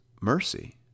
mercy